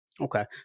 Okay